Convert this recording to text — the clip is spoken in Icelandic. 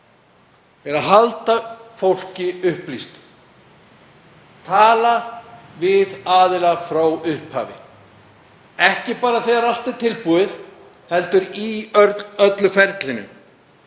eitt er að halda fólki upplýstu, tala við aðila frá upphafi, ekki bara þegar allt er tilbúið heldur í öllu ferlinu,